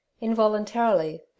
involuntarily